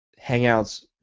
hangouts